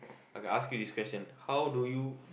I ask you this question how do you